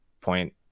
point